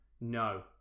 No